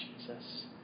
Jesus